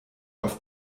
auf